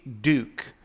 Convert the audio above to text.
Duke